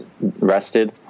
rested